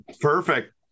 Perfect